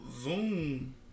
Zoom